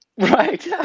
Right